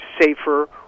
safer